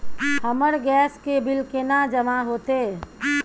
हमर गैस के बिल केना जमा होते?